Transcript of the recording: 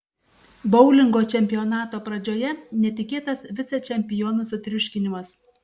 boulingo čempionato pradžioje netikėtas vicečempionų sutriuškinimas